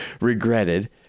regretted